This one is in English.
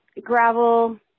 gravel